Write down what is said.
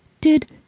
Did